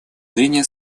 зрения